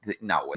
No